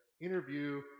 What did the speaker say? interview